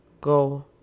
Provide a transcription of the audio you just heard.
go